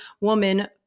woman